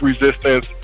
resistance